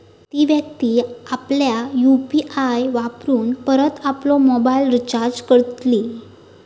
ती व्यक्ती आपल्या यु.पी.आय वापरून परत आपलो मोबाईल रिचार्ज करतली